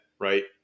right